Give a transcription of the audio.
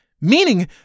Meaning